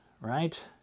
right